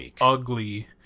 ugly